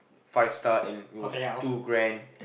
five star and it was too grand